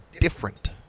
different